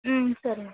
ம் சரிங்க